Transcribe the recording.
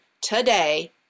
today